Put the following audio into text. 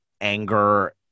anger